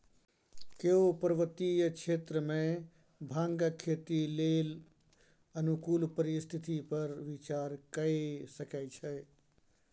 केओ पर्वतीय क्षेत्र मे भांगक खेती लेल अनुकूल परिस्थिति पर विचार कए सकै छै